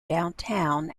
downtown